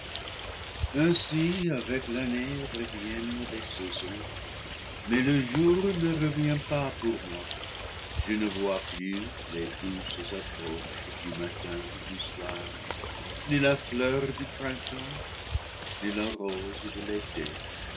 ainsi avec l'année reviennent les saisons mais le jour ne revient pas pour moi je ne vois plus les douces approches du matin et du soir ni la fleur du printemps ni la rose de l'été